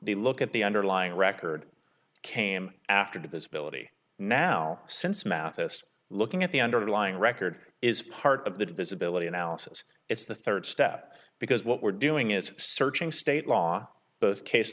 we look at the underlying record came after this ability now since mathis looking at the underlying record is part of the disability analysis it's the third step because what we're doing is searching state law both case